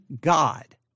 God